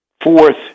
Fourth